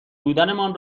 بودنمان